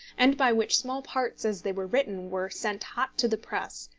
and by which small parts as they were written were sent hot to the press,